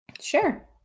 sure